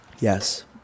Yes